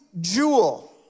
jewel